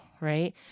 right